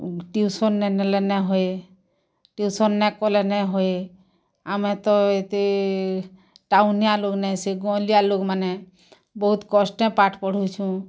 tuition ନାଇ ନେଲେ ନା ହଏ ଟିଉସନ୍ ନାଇ କଲେ ନା ହଏ ଆମେ ତ ଏତେ ଟାଉନିଆ ଲୋଗ୍ ନେଇଁ ସେ ଗାଉଁଲିଆ ଲୋକମାନେ ବହୁତ କଷ୍ଟେ ପାଠ ପଢ଼ଉଛୁଁ